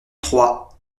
trois